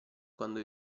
quando